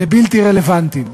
לבלתי רלוונטיים.